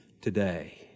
today